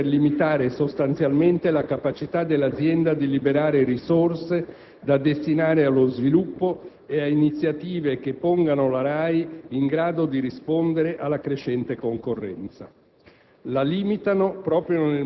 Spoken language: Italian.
Tale rigidità finisce per limitare sostanzialmente la capacità dell'azienda di liberare risorse da destinare allo sviluppo e a iniziative che pongano la RAI in grado di rispondere alla crescente concorrenza.